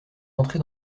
entrés